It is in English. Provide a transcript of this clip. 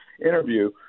interview